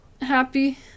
happy